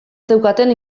zeukaten